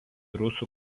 rusų